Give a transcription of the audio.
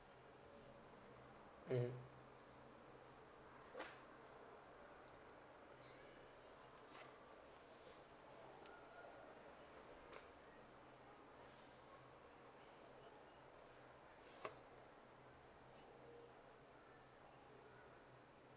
mm